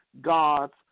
God's